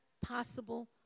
possible